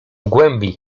głębi